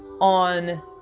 On